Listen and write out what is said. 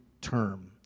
term